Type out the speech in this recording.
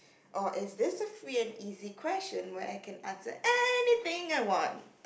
or is this a free and easy question where I can answer anything I want